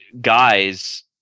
guys